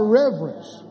reverence